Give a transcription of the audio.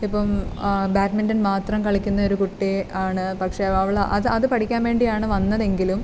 ഇപ്പം ബാഡ്മിൻ്റൺ മാത്രം കളിക്കുന്ന ഒരു കുട്ടി ആണ് പക്ഷേ അവൾ അത് അത് പഠിക്കാൻ വേണ്ടിയാണ് വന്നതെങ്കിലും